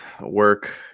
work